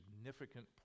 significant